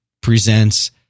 presents